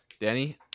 Danny